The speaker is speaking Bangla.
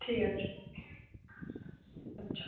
ঠিক আছে আচ্ছা